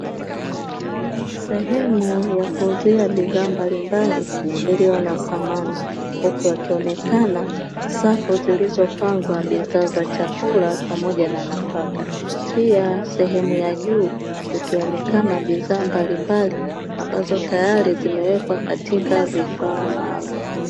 Sehemu ya kuuzia bidhaa mbalimbali iliyo na thamani huku yakionekana safu zilizopangwa bidhaa za chakula pamoja na nafaka, pia sehemu ya juu zikionekana bidhaa mbalimbali ambazo tayari zimewekwa katika vifaa maalumu.